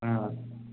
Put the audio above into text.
ହୁଁ